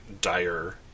dire